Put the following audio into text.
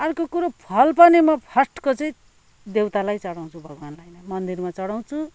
अर्को कुरो फल पनि म फर्स्टको चाहिँ देउतालाई चढाउँछु भगवान्लाई नै मन्दिरमा चढाउँछु